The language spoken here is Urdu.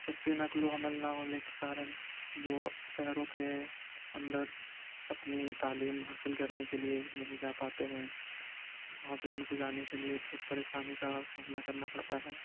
سستی نقل و حمل نہ ہونے کا کارن وہ شہروں کے اندر اپنی تعلیم حاصل کرنے کے لیے نہیں جا پاتے ہیں وہاں پہ ان کو جانے کے لیے بہت پریشانی کا سامنا کرنا پڑتا ہے